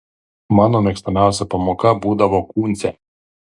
mano mėgstamiausia pamoka būdavo kūncė